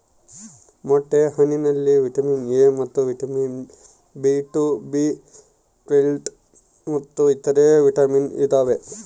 ಮೊಟ್ಟೆ ಹಣ್ಣಿನಲ್ಲಿ vitamin A ಮತ್ತು ಬಿ ಟು ಬಿ ಟ್ವೇಲ್ವ್ ಮತ್ತು ಇತರೆ ವಿಟಾಮಿನ್ ಇದಾವೆ